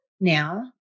now